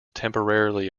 temporarily